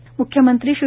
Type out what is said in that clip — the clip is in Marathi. म्ख्यमंत्री श्री